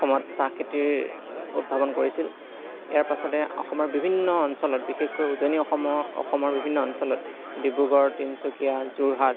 অসমত চাহ খেতিৰ উদ্ভাৱন কৰিছিল ইয়াৰ পাছতে অসমৰ বিভিন্ন অঞ্চলত বিশেষকৈ উজনি অসমৰ অসমৰ বিভিন্ন অঞ্চলত ডিব্ৰুগড় তিনিচুকীয়া যোৰহাট